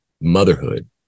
motherhood